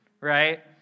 right